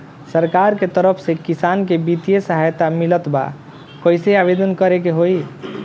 सरकार के तरफ से किसान के बितिय सहायता मिलत बा कइसे आवेदन करे के होई?